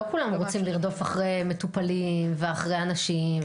לא כולם רוצים לרדוף אחרי מטופלים ואחרי אנשים,